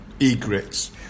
Egrets